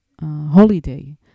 holiday